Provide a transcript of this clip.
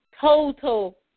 total